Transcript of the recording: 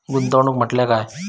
गुंतवणूक म्हटल्या काय?